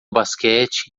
basquete